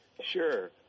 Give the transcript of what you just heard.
Sure